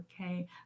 okay